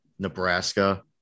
Nebraska